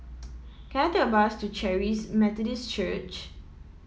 can I take a bus to Charis Methodist Church